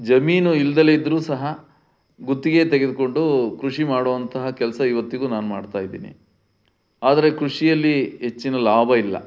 ಜಮೀನು ಇಲ್ದಲೇ ಇದ್ದರೂ ಸಹ ಗುತ್ತಿಗೆ ತೆಗೆದುಕೊಂಡು ಕೃಷಿ ಮಾಡುವಂತಹ ಕೆಲಸ ಇವತ್ತಿಗೂ ನಾನು ಮಾಡ್ತಾ ಇದ್ದೀನಿ ಆದರೆ ಕೃಷಿಯಲ್ಲಿ ಹೆಚ್ಚಿನ ಲಾಭ ಇಲ್ಲ